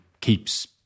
keeps